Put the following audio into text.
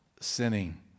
sinning